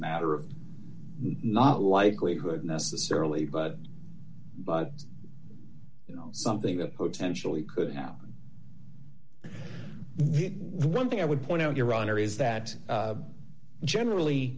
matter of not likelihood necessarily but but you know something that tensional it could happen the one thing i would point out your honor is that generally